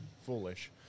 foolish